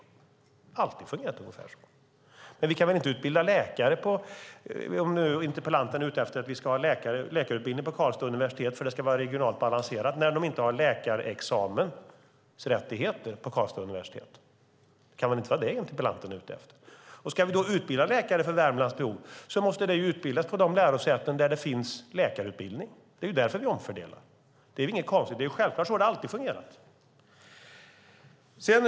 Jag vet inte om interpellanten är ute efter att vi ska ha läkarutbildning på Karlstads universitet eftersom det ska vara regionalt balanserat, när de inte har läkarexamensrättigheter på Karlstads universitet. Det kan väl inte vara det som interpellanten är ute efter? Ska vi då utbilda läkare för Värmlands behov måste man utbilda på de lärosäten där det finns läkarutbildning. Det är därför vi omfördelar. Det är inget konstigt, utan det är självklart. Så har det alltid fungerat.